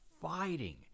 fighting